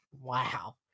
Wow